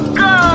go